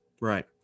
Right